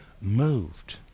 moved